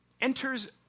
enters